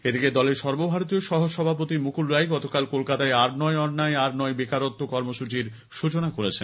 এদিকে দলের সর্বভারতীয় সহ সভাপতি মুকুল রায় গতকাল কলকাতায় আর নয় অন্যায় আর নয় বেকারত্ব কর্মসচীর সৃচনা করেন